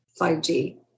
5G